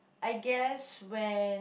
I guess when